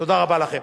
תודה רבה לכם.